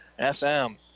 FM